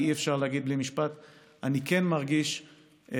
כי אי-אפשר להגיד בלי משפט: אני כן מרגיש צער,